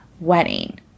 wedding